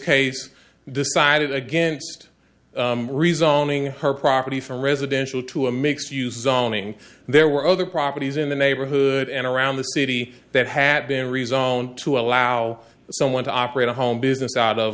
case decided against rezoning her property for residential to a mixed use awning there were other properties in the neighborhood and around the city that had been rezoned to allow someone to operate a home business out of